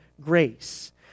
grace